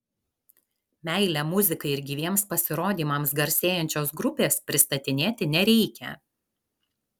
meile muzikai ir gyviems pasirodymams garsėjančios grupės pristatinėti nereikia